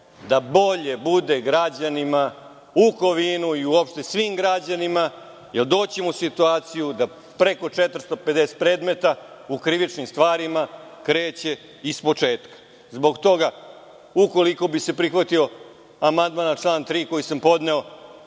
da bolje bude građanima u Kovinu i uopšte svim građanima, jer doći ćemo u situaciju da preko 450 predmeta u krivičnim stvarima kreće ispočetka. Zbog toga, ukoliko bi se prihvatio amandman na član 3. koji sam podneo,